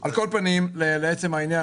על כל פנים לעצם העניין,